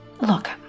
Look